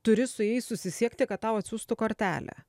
turi su jais susisiekti kad tau atsiųstų kortelę